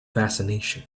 fascination